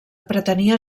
pretenia